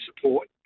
support